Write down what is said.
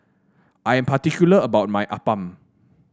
I am particular about my appam